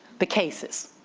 the cases,